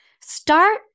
Start